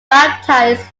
baptised